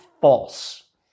false